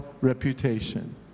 reputation